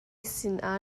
sinah